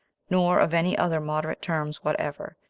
nor of any other moderate terms whatever,